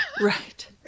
Right